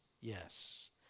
yes